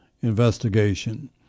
investigation